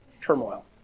turmoil